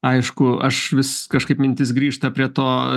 aišku aš vis kažkaip mintis grįžta prie to